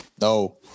No